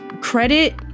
credit